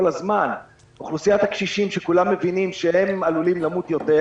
הזמן וצריך לשים עליהן את הפוקוס בכל דיון על הקורונה.